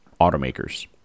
automakers